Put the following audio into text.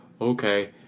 okay